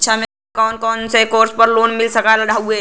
शिक्षा मे कवन कवन कोर्स पर लोन मिल सकत हउवे?